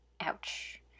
Ouch